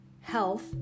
Health